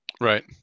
Right